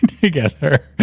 Together